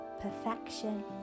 perfection